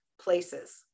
places